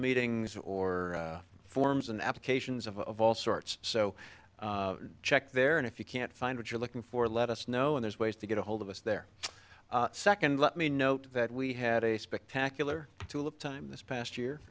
meetings or forms and applications of all sorts so check there and if you can't find what you're looking for let us know and there's ways to get a hold of us there second let me note that we had a spectacular tulip time this past year